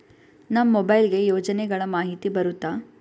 ನಮ್ ಮೊಬೈಲ್ ಗೆ ಯೋಜನೆ ಗಳಮಾಹಿತಿ ಬರುತ್ತ?